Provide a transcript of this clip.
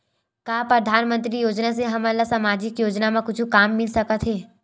का परधानमंतरी योजना से हमन ला सामजिक योजना मा कुछु काम मिल सकत हे?